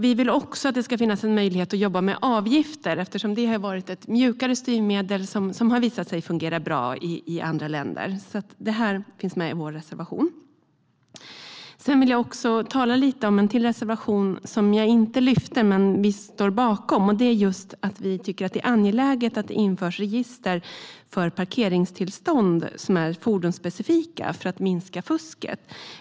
Vi vill också att det ska finnas en möjlighet att jobba med avgifter, eftersom det har varit ett mjukare styrmedel som har visat sig fungera bra i andra länder. Detta finns alltså med i vår reservation. Jag vill även ta upp en reservation som vi står bakom men som jag inte yrkar bifall till. Den handlar om att vi tycker att det är angeläget att det införs register för parkeringstillstånd som är fordonsspecifika för att minska fusket.